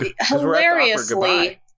Hilariously